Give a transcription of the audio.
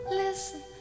listen